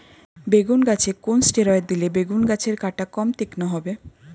বেগুন গাছে কোন ষ্টেরয়েড দিলে বেগু গাছের কাঁটা কম তীক্ষ্ন হবে?